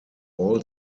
all